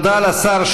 תודה לשר.